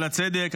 על הצדק,